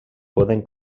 poden